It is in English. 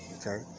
okay